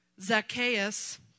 Zacchaeus